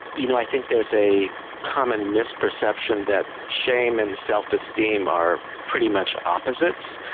you know, i think there's a common misperception that shame and self-esteem are pretty much opposites,